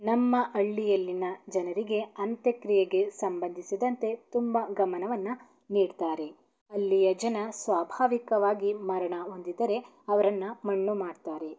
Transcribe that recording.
ನಮ್ಮ ಹಳ್ಳಿಯಲ್ಲಿನ ಜನರಿಗೆ ಅಂತ್ಯಕ್ರಿಯೆಗೆ ಸಂಬಂಧಿಸಿದಂತೆ ತುಂಬ ಗಮನವನ್ನು ನೀಡ್ತಾರೆ ಅಲ್ಲಿಯ ಜನ ಸ್ವಾಭಾವಿಕವಾಗಿ ಮರಣ ಹೊಂದಿದರೆ ಅವರನ್ನು ಮಣ್ಣು ಮಾಡ್ತಾರೆ